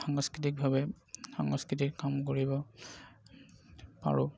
সাংস্কৃতিকভাৱে সাংস্কৃতিক কাম কৰিব পাৰোঁ